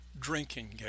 Drinking